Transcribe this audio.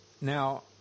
Now